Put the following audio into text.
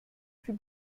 plus